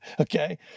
okay